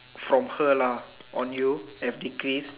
from her lah on you have decreased